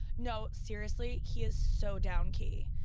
no, seriously, he is so down key.